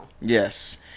Yes